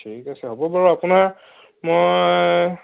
ঠিক আছে হ'ব বাৰু আপোনাৰ মই